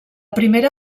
primera